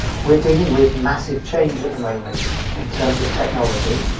we're dealing with massive change at the moment in terms of technology.